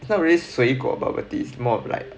it's not really 水果 bubble tea it's more of like